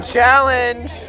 challenge